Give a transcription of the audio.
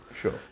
sure